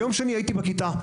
ביום שני הייתי בכיתה.